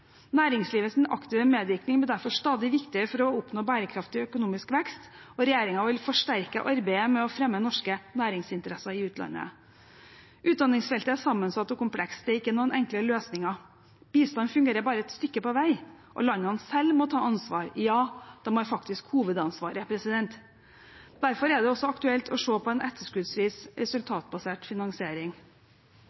aktive medvirkning blir derfor stadig viktigere for å oppnå bærekraftig økonomisk vekst, og regjeringen vil forsterke arbeidet med å fremme norske næringsinteresser i utlandet. Utdanningsfeltet er sammensatt og komplekst. Det er ikke noen enkle løsninger. Bistand fungerer bare et stykke på vei, og landene selv må ta ansvar – ja, de har faktisk hovedansvaret. Derfor er det også aktuelt å se på en etterskuddsvis resultatbasert finansiering.